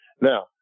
Now